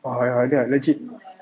oh I think ah legit